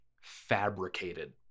fabricated